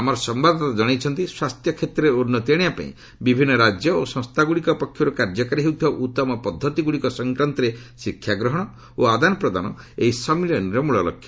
ଆମର ସମ୍ଭାଦଦାତା ଜଣାଇଛନ୍ତି ସ୍ୱାସ୍ଥ୍ୟ କ୍ଷେତ୍ରରେ ଉନ୍ନତି ଆଶିବାପାଇଁ ବିଭିନ୍ନ ରାଜ୍ୟ ଓ ସଂସ୍ଥାଗୁଡ଼ିକ ପକ୍ଷରୁ କାର୍ଯ୍ୟକାରୀ ହେଉଥିବା ଉତ୍ତମ ପଦ୍ଧତିଗୁଡ଼ିକ ସଂକ୍ରାନ୍ତରେ ଶିକ୍ଷାଗ୍ରହଣ ଓ ଆଦାନ ପ୍ରଦାନ ଏହି ସମ୍ମିଳନୀର ମୂଳଲକ୍ଷ୍ୟ